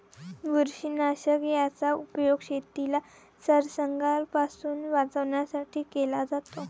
बुरशीनाशक याचा उपयोग शेतीला संसर्गापासून वाचवण्यासाठी केला जातो